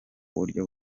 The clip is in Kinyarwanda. buryo